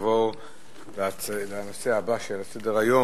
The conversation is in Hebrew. נעבור לנושא הבא על סדר-היום.